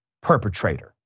perpetrator